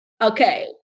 Okay